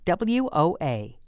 WOA